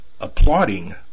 applauding